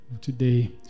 today